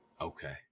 Okay